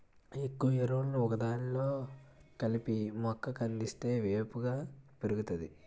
ఎక్కువ ఎరువులను ఒకదానిలో కలిపి మొక్క కందిస్తే వేపుగా పెరుగుతాది